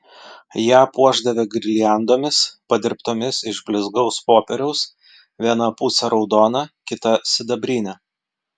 ją puošdavę girliandomis padirbtomis iš blizgaus popieriaus viena pusė raudona kita sidabrinė